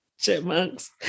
Chipmunks